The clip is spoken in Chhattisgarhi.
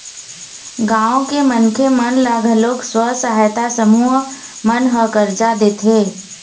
गाँव के मनखे मन ल घलोक स्व सहायता समूह मन ह करजा देथे